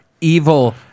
evil